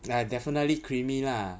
like definitely creamy lah